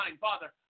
Father